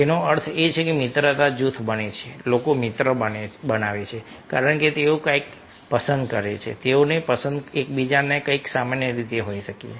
તેનો અર્થ એ છે કે મિત્રતા જૂથ બને છે લોકો મિત્ર બને છે કારણ કે તેઓ કંઈક પસંદ કરે છે તેમની પસંદ એકબીજામાં કંઈક સામાન્ય હોઈ શકે છે